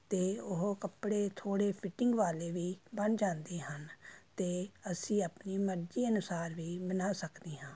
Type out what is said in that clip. ਅਤੇ ਉਹ ਕੱਪੜੇ ਥੋੜ੍ਹੇ ਫਿਟਿੰਗ ਵਾਲੇ ਵੀ ਬਣ ਜਾਂਦੇ ਹਨ ਅਤੇ ਅਸੀਂ ਆਪਣੀ ਮਰਜ਼ੀ ਅਨੁਸਾਰ ਵੀ ਬਣਾ ਸਕਦੇ ਹਾਂ